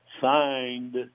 signed